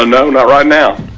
ah no, not right now.